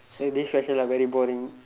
eh this question like very boring